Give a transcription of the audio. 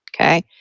okay